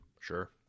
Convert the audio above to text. Sure